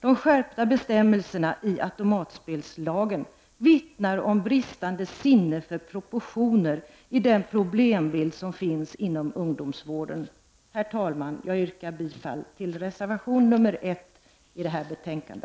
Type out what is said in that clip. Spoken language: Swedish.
De skärpta bestämmelserna i automatspelslagen vittnar om bristande sinne för proportioner i den problembild som finns inom ungdomsvården. Herr talman! Jag yrkar bifall till reservation nr 1 till detta betänkande.